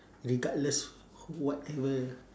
regardless whatever